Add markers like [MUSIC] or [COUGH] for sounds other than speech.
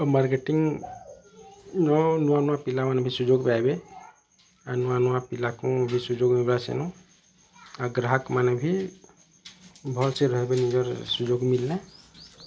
ମାର୍କେଟିଙ୍ଗ୍ର ନୂଆ ନୂଆ ପିଲା ବି ସୁଯୋଗ ପାଇବେ ଆ ନୂଆ ନୂଆ ପିଲାକୁ ବି ସୁଯୋଗ [UNINTELLIGIBLE] ସେନୁ ଗ୍ରାହକ୍ମାନେ ବି ଭଲ ସେ ରହିବେ ନିଜର ସୁଯୋଗ୍ ମିଳିଲେ